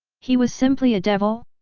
he was simply a devil?